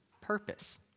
purpose